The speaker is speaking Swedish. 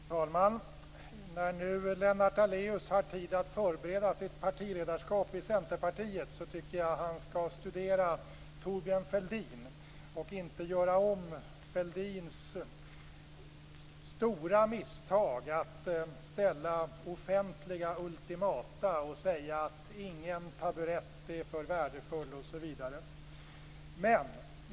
Fru talman! När nu Lennart Daléus har tid att förbereda sitt partiledarskap i Centerpartiet tycker jag att han skall studera Thorbjörn Fälldin och inte göra om dennes stora misstag att ställa offentliga ultimatum: Ingen taburett är så värdefull osv.